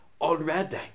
already